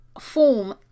form